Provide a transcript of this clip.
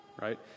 right